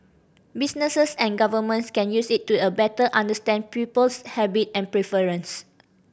businesses and governments can use it to a better understand people's habit and preference